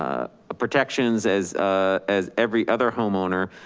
protections as ah as every other homeowner.